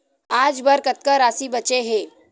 आज बर कतका राशि बचे हे?